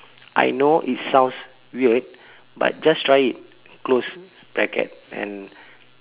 I know it sounds weird but just try it close bracket and